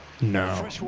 No